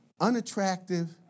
unattractive